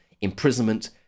imprisonment